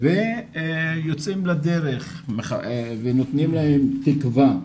ויוצאים לדרך ונותנים להם תקווה,